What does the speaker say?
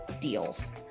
deals